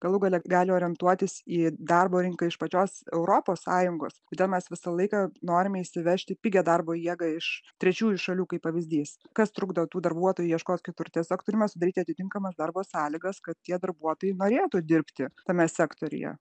galų gale gali orientuotis į darbo rinką iš pačios europos sąjungos kodėl mes visą laiką norime įsivežti pigią darbo jėgą iš trečiųjų šalių kaip pavyzdys kas trukdo tų darbuotojų ieškot kitur tiesiog turime sudaryti atitinkamas darbo sąlygas kad tie darbuotojai norėtų dirbti tame sektoriuje